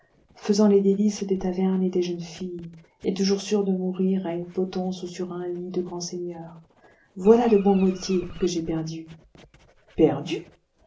faisant les délices des tavernes et des jeunes filles et toujours sûr de mourir à une potence ou sur un lit de grand seigneur voilà le bon métier que j'ai perdu perdu